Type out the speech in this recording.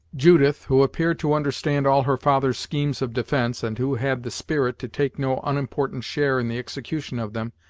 judith, who appeared to understand all her father's schemes of defence, and who had the spirit to take no unimportant share in the execution of them,